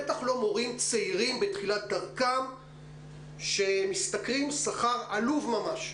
בטח לא מורים צעירים בתחילת דרכם שמשתכרים שכר עלוב ממש.